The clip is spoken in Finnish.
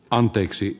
anteeksi